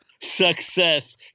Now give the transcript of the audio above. success